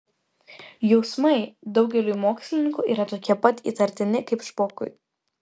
jausmai daugeliui mokslininkų yra tokie pat įtartini kaip špokui